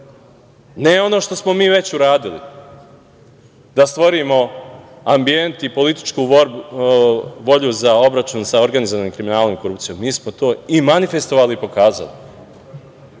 ne ono što smo mi već uradili, da stvorimo ambijent i političku borbu, volju za obračun sa organizovanim kriminalom i korupcijom. Mi smo to i manifestovali i pokazali. Ali